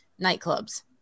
nightclubs